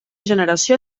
generació